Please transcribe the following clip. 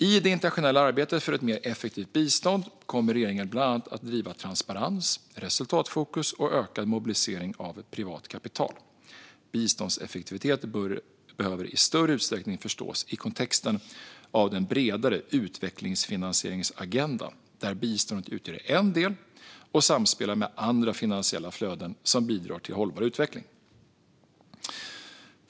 I det internationella arbetet för ett mer effektivt bistånd kommer regeringen bland annat att driva transparens, resultatfokus och ökad mobilisering av privat kapital. Biståndseffektivitet behöver i större utsträckning förstås i kontexten av den bredare utvecklingsfinansieringsagendan, där biståndet utgör en del och samspelar med andra finansiella flöden som bidrar till hållbar utveckling.